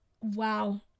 Wow